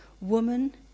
woman